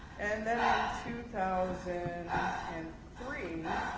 and then, in two thousand and three,